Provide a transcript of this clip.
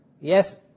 Yes